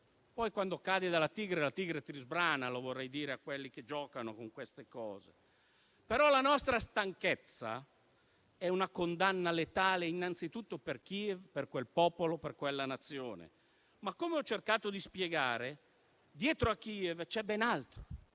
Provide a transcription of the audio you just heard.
ma, quando cadi dalla tigre, poi la tigre ti sbrana: lo vorrei dire a quelli che giocano con queste cose. Però la nostra stanchezza è una condanna letale innanzitutto per Kiev, per quel popolo e per quella Nazione. Ma - come ho cercato di spiegare - dietro a Kiev c'è ben altro: